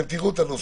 אתם תראו את הנוסח.